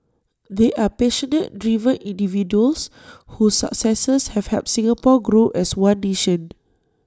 they are passionate driven individuals whose successes have helped Singapore grow as one nation